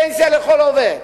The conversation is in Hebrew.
פנסיה לכל עובד,